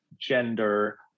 gender